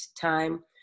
time